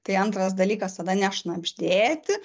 tai antras dalykas tada nešnabždėti